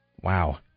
Wow